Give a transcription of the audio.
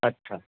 अच्छा